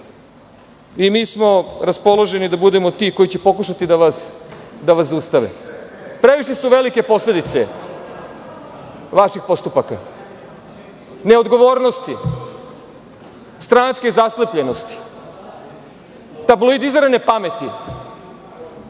i mi smo raspoloženi da budemo ti koji će pokušati da vas zaustavimo. Previše su velike posledice vaših postupaka, neodgovornosti, stranačke zaslepljenosti, tabloidizirane pameti